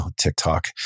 TikTok